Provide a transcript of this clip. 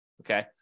Okay